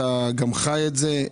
אתה גם חי את זה.